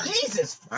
Jesus